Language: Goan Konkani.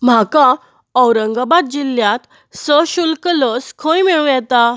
म्हाका औरंगाबाद जिल्ल्यांत सशुल्क लस खंय मेळूं येता